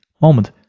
moment